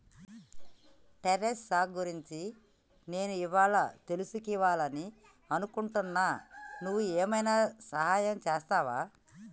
terrace సాగు గురించి నేను ఇవ్వాళా తెలుసుకివాలని అనుకుంటున్నా నువ్వు ఏమైనా సహాయం చేస్తావా